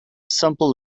simple